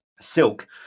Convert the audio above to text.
Silk